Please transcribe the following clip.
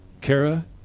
Kara